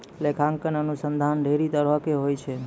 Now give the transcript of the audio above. लेखांकन अनुसन्धान ढेरी तरहो के होय छै